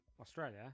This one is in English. Australia